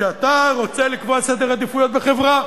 כשאתה רוצה לקבוע סדר עדיפויות חברה.